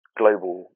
global